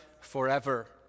forever